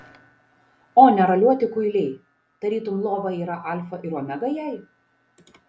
o neraliuoti kuiliai tarytum lova yra alfa ir omega jai